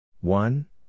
One